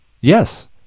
yes